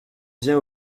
viens